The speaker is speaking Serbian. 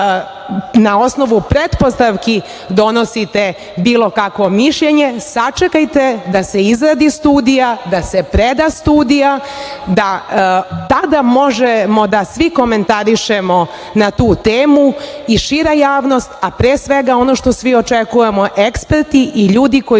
na osnovu pretpostavki donosite bilo kakvo mišljenje. Sačekajte da se izradi studija, da se preda studija. Tada možemo da svi komentarišemo na tu temu i šira javnost, a pre svega ono što svi očekujemo eksperti i ljudi koji